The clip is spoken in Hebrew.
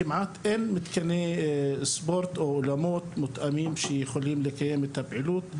כמעט ואין מתקני ספורט או אולמות מותאמים שיכולים לקיים את הפעילות.